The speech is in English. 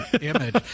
image